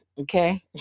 Okay